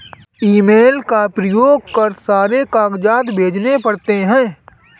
email का प्रयोग कर सारे कागजात भेजने पड़ते हैं